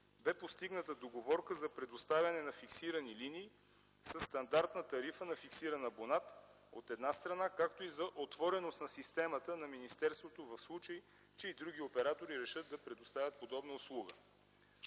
бе достигната договорка за предоставяне на фиксирани линии със стандартна тарифа на фиксиран абонат, от една страна, както и за отвореност на системата на министерството, в случай че и други оператори решат да предоставят подобна услуга.